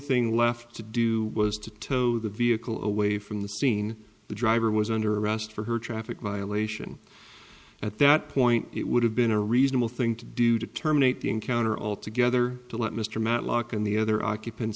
thing left to do was to tow the vehicle away from the scene the driver was under arrest for her traffic violation at that point it would have been a reasonable thing to do to terminate the encounter altogether to let mr matlock and the other occupant